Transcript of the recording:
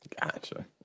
Gotcha